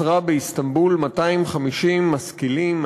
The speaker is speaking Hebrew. עצרה באיסטנבול 250 משכילים,